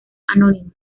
anónima